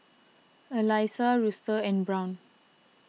Elyssa Luster and Brown